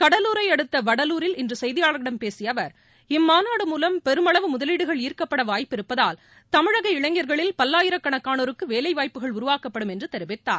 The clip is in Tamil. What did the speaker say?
கடலூரை அடுத்த வடலூரில் இன்று செய்தியாளர்களிடம் பேசிய அவர் இம்மாநாடு மூவம் முதலீடுகள் ஈர்க்கப்பட வாய்ப்பு இருப்பதால் இளைஞ்களில் பெருமளவு தமிழக பல்லாயிரக்கணக்கானோருக்கு வேலை வாய்ப்புகள் உருவாக்கப்படும் என்று தெரிவித்தார்